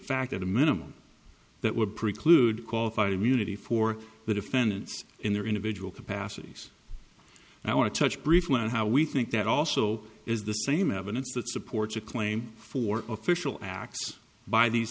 fact at a minimum that would preclude qualified immunity for the defendants in their individual capacities and i want to touch briefly on how we think that also is the same evidence that supports a claim for official acts by these